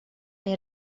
neu